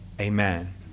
amen